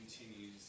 continues